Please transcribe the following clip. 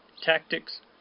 tactics